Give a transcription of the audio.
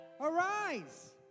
Arise